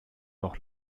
noch